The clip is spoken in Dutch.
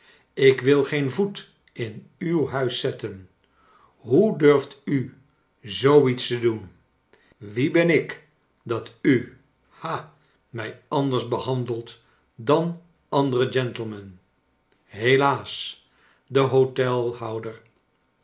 ik wil geen voet in uw huis zetten hoe durft u zoo iets doen wie ben ik dat u ha mij anders behandelt dan andere gentleman helaas de